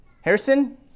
Harrison